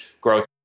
growth